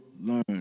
learn